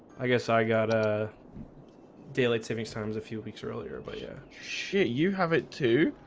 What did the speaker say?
i guess i got a daily timings times a few weeks earlier, but yeah shit you have it too.